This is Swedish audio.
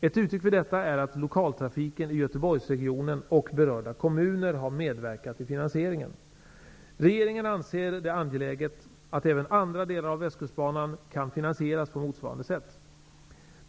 Ett uttryck för detta är att lokaltrafiken i Göteborgsregionen och berörda kommuner har medverkat i finansieringen. Regeringen anser det angeläget att även andra delar av Västkustbanan kan finansieras på motsvarande sätt.